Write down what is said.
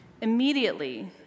Immediately